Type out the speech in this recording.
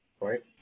Right